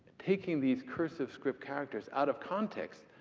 taking these cursive script characters out of context.